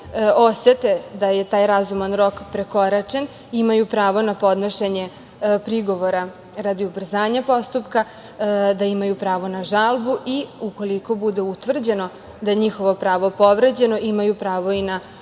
osete da je taj razuman rok prekoračen imaju pravo na podnošenje prigovora radi ubrzanja postupka, da imaju pravo na žalbu i ukoliko bude utvrđeno da je njihovo pravo povređeno, imaju pravo i na